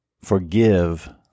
forgive